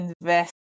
invest